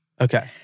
Okay